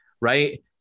right